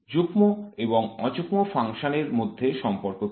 যুগ্ম এবং অযুগ্ম ফাংশন এর মধ্যে সম্পর্ক কি